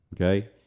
Okay